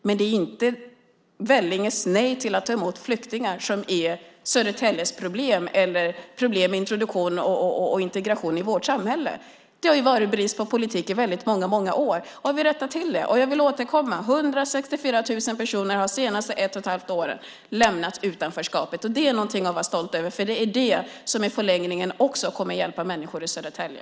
Men det är inte Vellinges nej till att ta emot flyktingar som skapar Södertäljes problem eller problem med introduktion och integration i vårt samhälle. Det har varit en brist på politik i många år, och vi rättar till det. Jag återkommer till att 164 000 personer de senaste åren har lämnat utanförskapet. Det är någonting vi kan vara stolta över. Det kommer i förlängningen också att hjälpa människor i Södertälje.